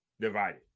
divided